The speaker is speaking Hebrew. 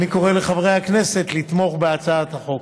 אני קורא לחברי הכנסת לתמוך בהצעת החוק.